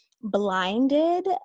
blinded